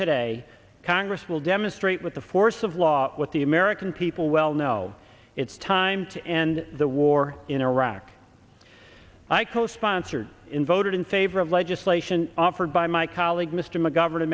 today congress will demonstrate with the force of law what the american people well know it's time to end the war in iraq i co sponsored in voted in favor of legislation offered by my colleague mr mcgover